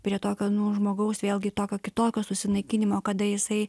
prie tokio nu žmogaus vėlgi tokio kitokio susinaikinimo kada jisai